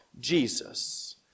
Jesus